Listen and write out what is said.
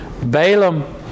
Balaam